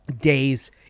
days